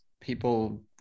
people